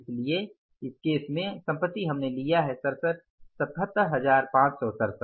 इसलिए इस केस में संपत्ति हमने लिया है 77567